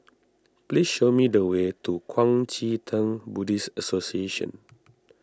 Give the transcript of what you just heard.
please show me the way to Kuang Chee Tng Buddhist Association